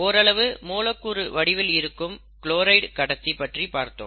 ஓரளவு மூலக்கூறு வடிவில் இருக்கும் க்ளோரைடு கடத்தி பற்றி பார்த்தோம்